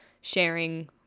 sharing